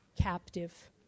captive